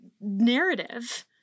narrative